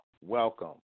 welcome